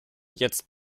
jetzt